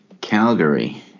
Calgary